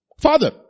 Father